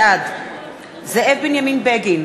בעד זאב בנימין בגין,